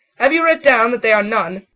have you writ down, that they are none?